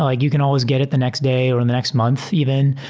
like you can always get it the next day, or and the next month even.